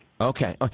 Okay